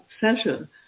session